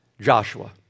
Joshua